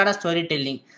storytelling